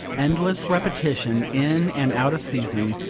endless repetition, in and out of season,